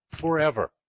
forever